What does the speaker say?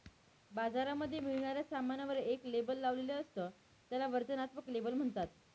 बाजारामध्ये मिळणाऱ्या सामानावर एक लेबल लावलेले असत, त्याला वर्णनात्मक लेबल म्हणतात